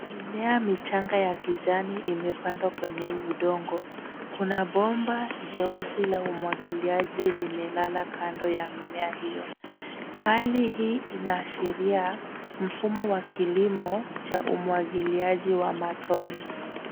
Mimea michanga ya kijani imepandwa kwenye udongo. Kuna bomba jeusi la umwagiliaji limelala kando ya mimea hiyo. Hali hii inaashiria mfumo wa kilimo cha umwagiliaji wa matone.